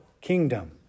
kingdom